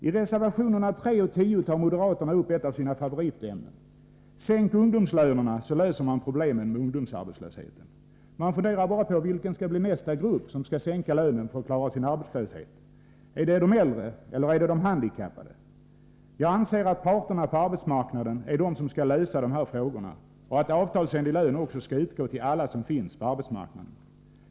I reservationerna 3 och 10 tar moderaterna upp ett av sina favoritämnen: sänk ungdomslönerna så löser man problemen med ungdomsarbetslösheten. Man funderar bara på vilken som skall bli nästa grupp, som skall sänka lönen för att minska arbetslösheten. Är det de äldre löntagarna eller möjligen de handikappade? Jag anser att parterna på arbetsmarknaden är de som skall lösa dessa frågor och att avtalsenlig lön skall utgå till alla som finns på denna arbetsmarknad.